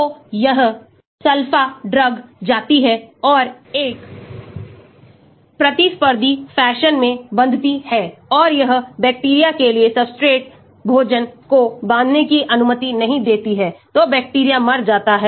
तो यह sulfa drug जाती है और एक प्रतिस्पर्धी फैशन में बांधती है और यह बैक्टीरिया के लिए सब्सट्रेट भोजन को बांधने की अनुमति नहीं देती है तो बैक्टीरिया मर जाता है